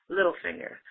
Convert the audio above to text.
Littlefinger